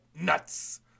nuts